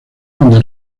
donde